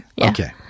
Okay